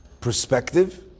perspective